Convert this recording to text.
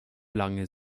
lange